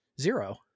Zero